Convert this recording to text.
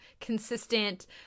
consistent